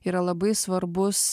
yra labai svarbus